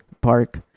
Park